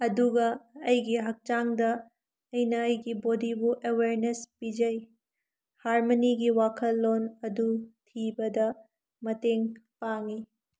ꯑꯗꯨꯒ ꯑꯩꯒꯤ ꯍꯛꯆꯥꯡꯗ ꯑꯩꯅ ꯑꯩꯒꯤ ꯕꯣꯗꯤꯕꯨ ꯑꯦꯋꯦꯔꯅꯦꯁ ꯄꯤꯖꯩ ꯍꯥꯔꯃꯅꯤꯒꯤ ꯋꯥꯈꯜꯂꯣꯜ ꯑꯗꯨ ꯏꯕꯗ ꯃꯇꯦꯡ ꯄꯥꯡꯉꯤ